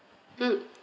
mm